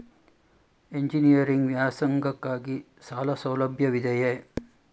Engineering ವ್ಯಾಸಂಗಕ್ಕಾಗಿ ಸಾಲ ಸೌಲಭ್ಯವಿದೆಯೇ?